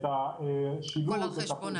את הפרסום ואת --- הכול על חשבונה.